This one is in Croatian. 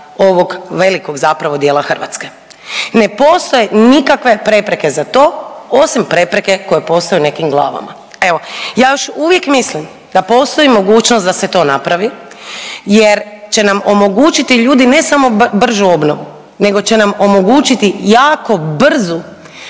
ovog velikog zapravo dijela Hrvatske. Ne postoje nikakve prepreke za to osim prepreke koje postoje u nekim glavama. Evo, ja još uvijek misli da postoji mogućnost da se to napravi jer će nam omogućiti ljudi ne samo bržu obnovu nego će nam omogućiti jako brzu